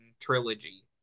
trilogy